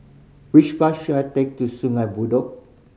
which bus should I take to Sungei Bedok